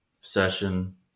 session